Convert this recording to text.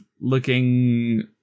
looking